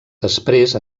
després